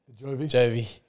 jovi